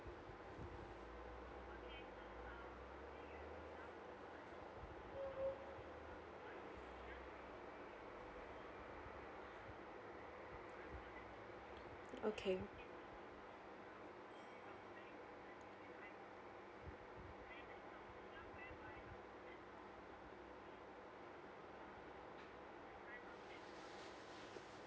okay